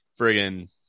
friggin